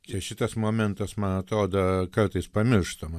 čia šitas momentas man atrodo kartais pamirštamas